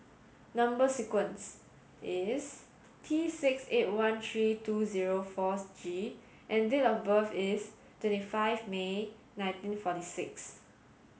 number sequence is T six eight one three two zero four G and date of birth is twenty five May nineteen forty six